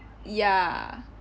ya